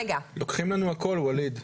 לוקחים לנו הכל, ווליד.